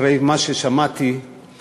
אחרי ששמעתי את